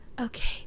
okay